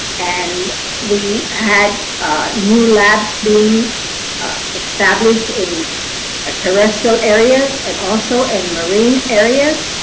and we had new labs being established in ah terrestrial areas and also in marine areas.